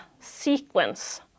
sequence